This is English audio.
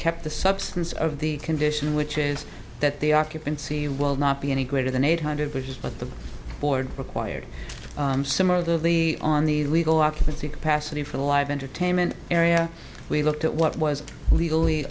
kept the substance of the condition which is that the occupancy well not be any greater than eight hundred which is what the board required similarly on the legal occupancy capacity for the live entertainment area we looked at what was legally